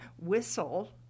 whistle